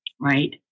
right